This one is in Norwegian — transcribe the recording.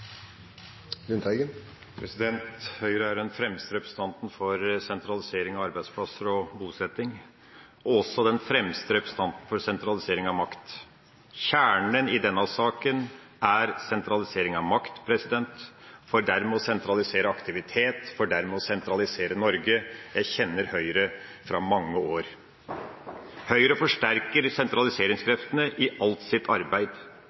for sentralisering av arbeidsplasser og bosetting – og også den fremste representanten for sentralisering av makt. Kjernen i denne saken er sentralisering av makt, for dermed å sentralisere aktivitet, for dermed å sentralisere Norge – jeg kjenner Høyre fra mange år tilbake. Høyre forsterker sentraliseringskreftene i alt sitt arbeid.